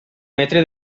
metre